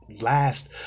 last